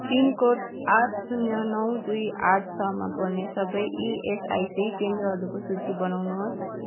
pin code आठ शून्य नौ दुई आठ छ मा पर्ने सबै इएसआइसी केन्द्रहरूको सूची बनाउनुहोस्